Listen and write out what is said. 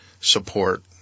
support